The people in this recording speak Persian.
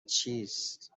چیست